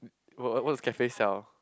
were what's cafe sell